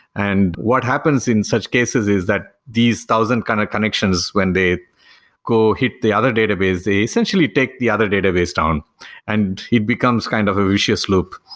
and what happens in such cases is that these thousand kind of connections when they go hit the other database, they essentially take the other database down and it becomes kind of a vicious loop.